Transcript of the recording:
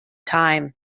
time